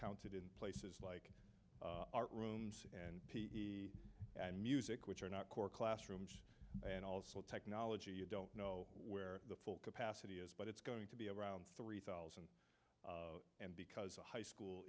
counted in places like art rooms and p e and music which are not core classrooms and also technology you don't know where the full capacity is but it's going to be around three thousand and because a high school